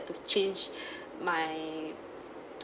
to change my